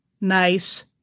Nice